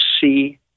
see